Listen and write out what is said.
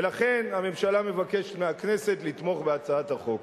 ולכן, הממשלה מבקשת מהכנסת לתמוך בהצעת החוק.